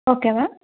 okay ma'am